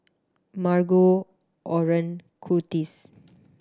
Margo Oren Kurtis